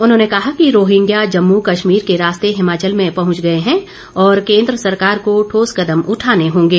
उन्होंने कहा कि रोहिंग्या जम्मू कश्मीर के रास्ते हिमाचल में पहुंच गए हैं और केन्द्र सरकार को ठोस कदम उठाने होंगे